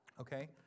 Okay